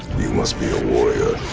you must be a warrior.